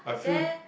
I feel